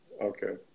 Okay